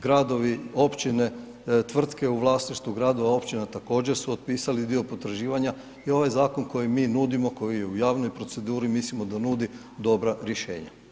Gradovi, Općine, tvrtke u vlasništvu Gradova, Općina također su otpisali dio potraživanja, i ovaj Zakon koji mi nudimo, koji je u javnoj proceduri, mislimo da nudi dobra rješenja.